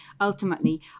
Ultimately